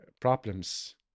problems